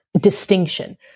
distinction